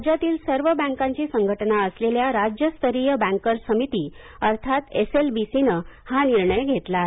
राज्यातील सर्व बँकांची संघटना असलेल्या राज्यस्तरीय बँकर्स समिती अर्थात एस एल बी सी नं हा निर्णय घेतला आहे